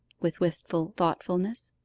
with wistful thoughtfulness,